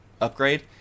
upgrade